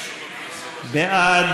וכל שינוי בה יובאו לדיון ציבורי